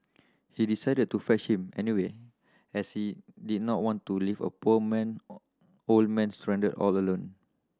he decided to fetch him anyway as he did not want to leave a poor man old man stranded all alone